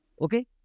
okay